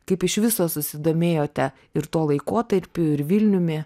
kaip iš viso susidomėjote ir tuo laikotarpiu ir vilniumi